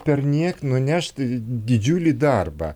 perniek nunešt didžiulį darbą